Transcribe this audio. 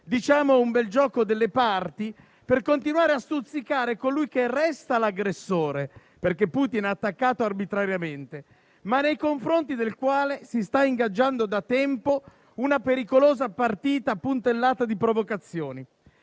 Insomma, un bel gioco delle parti per continuare a stuzzicare colui che resta l'aggressore, perché Putin ha attaccato arbitrariamente, ma nei confronti del quale si sta ingaggiando da tempo una pericolosa partita, puntellata da provocazioni.